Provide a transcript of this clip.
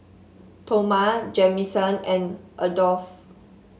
Toma Jamison and Adolph